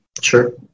Sure